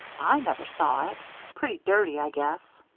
i never saw it pretty dirty, i guess.